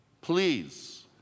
please